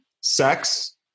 sex